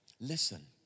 Listen